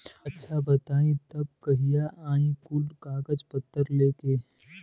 अच्छा बताई तब कहिया आई कुल कागज पतर लेके?